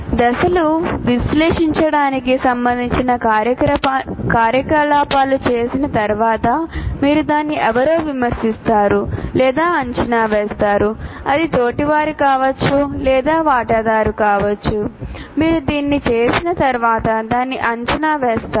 దశను విశ్లేషించడానికి సంబంధించిన కార్యకలాపాలు చేసిన తరువాత మీరు దాన్ని ఎవరో విమర్శిస్తారు లేదా అంచనా వేస్తారు అది తోటివారు కావచ్చు లేదా అది వాటాదారు కావచ్చు మీరు దీన్ని చేసిన తర్వాత దాన్ని అంచనా వేస్తారు